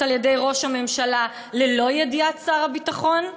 על-ידי ראש הממשלה ללא ידיעת שר הביטחון?